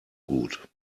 gut